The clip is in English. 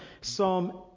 Psalm